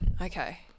Okay